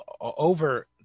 over